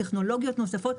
טכנולוגיות נוספות,